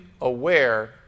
aware